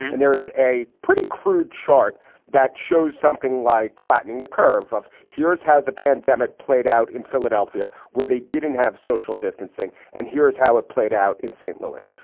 and there is a pretty crude chart that shows something like flattening the curve. here's how the pandemic played out in philadelphia, where they didn't have social distancing. and here's how it played out in st. louis.